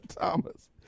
Thomas